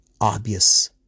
obvious